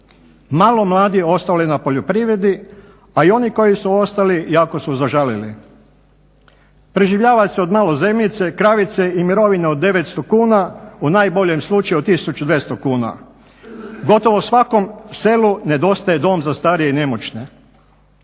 Malo mladih ostalo je na poljoprivredi, a i oni koji su ostali jako su zažalili. Preživljava se od malo zemljice, kravice i mirovine od 900 kuna, u najboljem slučaju 1200 kuna. Gotovo svakom selu nedostaje dom za starije i nemoćne.